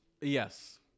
yes